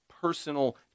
personal